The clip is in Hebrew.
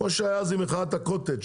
כמו שהיה אז עם מחאת הקוטג',